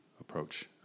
approach